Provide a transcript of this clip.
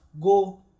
go